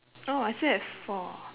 oh I still have four